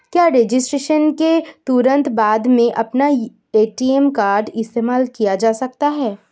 क्या रजिस्ट्रेशन के तुरंत बाद में अपना ए.टी.एम कार्ड इस्तेमाल किया जा सकता है?